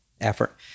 effort